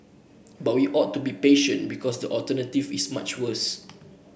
but we ought to be patient because the alternative is much worse